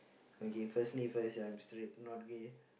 okay firstly first I'm straight not gay